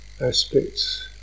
Aspects